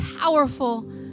powerful